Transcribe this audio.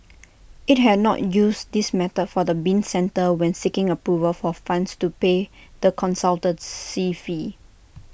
IT had not used this method for the bin centre when seeking approval for funds to pay the consultancy fee